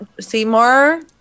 Seymour